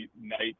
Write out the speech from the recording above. night